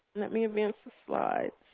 let me advance the slide.